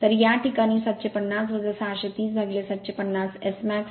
तर या प्रकरणात 750 630750 Smax T 0